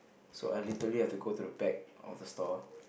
so I literally have to go to the back of the store